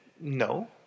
No